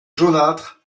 jaunâtres